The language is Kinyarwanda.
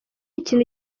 ikintu